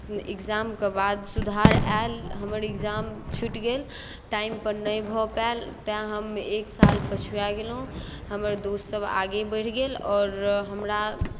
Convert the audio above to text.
इक्जामके बाद सुधार आयल हमर इक्जाम छूटि गेल टाइमपर नहि भऽ पायल तैँ हम एक साल पछुआ गेलहुँ हमर दोस्तसभ आगे बढ़ि गेल आओर हमरा